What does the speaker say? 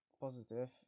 positive